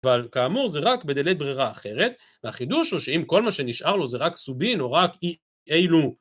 אבל כאמור זה רק בדלית ברירה אחרת, והחידוש הוא שאם כל מה שנשאר לו זה רק סובין או רק אילו...